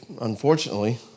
unfortunately